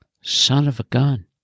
son-of-a-gun